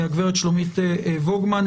הגברת שלומית וגמן.